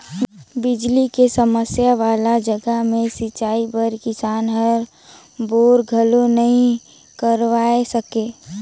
बिजली के समस्या वाला जघा मे सिंचई बर किसान हर बोर घलो नइ करवाये सके